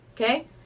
Okay